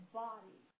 body